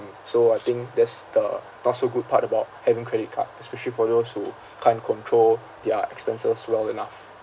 so I think that's the not so good part about having credit card especially for those who can't control their expenses well enough